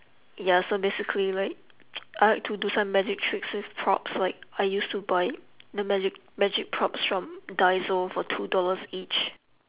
ya so basically like I like to do some magic trick with props like I used to buy the magic magic props from daiso for two dollars each